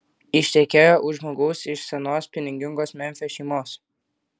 ištekėjo už žmogaus iš senos pinigingos memfio šeimos